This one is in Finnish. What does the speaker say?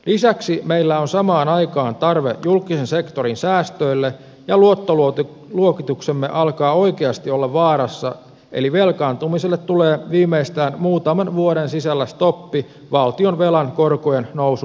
lisäksi meillä on samaan aikaan tarve julkisen sektorin säästöille ja luottoluokituksemme alkaa oikeasti olla vaarassa eli velkaantumiselle tulee viimeistään muutaman vuoden sisällä stoppi valtionvelan korkojen nousun muodossa